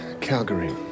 Calgary